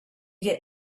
get